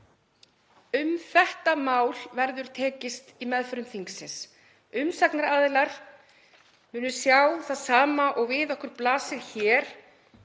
Um þetta mál verður tekist á í meðförum þingsins. Umsagnaraðilar munu sjá það sama og við okkur blasir hér.